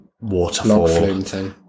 waterfall